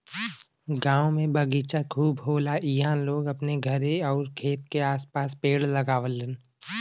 गांव में बगीचा खूब होला इहां लोग अपने घरे आउर खेत के आस पास पेड़ लगावलन